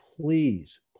please